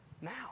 Now